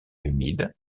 humides